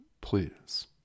please